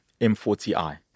M40i